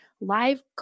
live